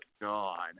God